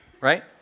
right